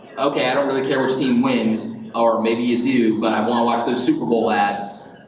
okay, i don't really care which team wins, or maybe you do, but i wanna watch those super bowl ads.